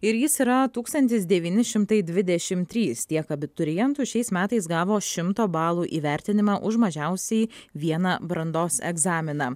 ir jis yra tūkstants devyni šimtai dvidešim trys tiek abiturientų šiais metais gavo šimto balų įvertinimą už mažiausiai vieną brandos egzaminą